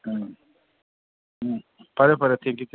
ꯎꯝ ꯎꯝ